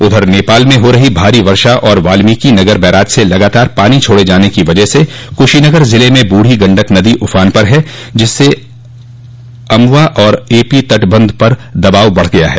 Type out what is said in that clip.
उधर नेपाल में हो रही भारी वर्षा और बाल्मीकि नगर बैराज से लगातार पानी छोड़े जाने की वजह से कुशीनगर ज़िले में ब्रुढ़ी गंडक नदी उफान पर है जिससे अमवा और एपी तटबंध पर दबाव बढ़ गया है